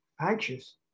anxious